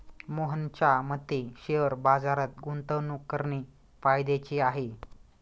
मोहनच्या मते शेअर बाजारात गुंतवणूक करणे फायद्याचे आहे